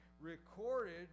recorded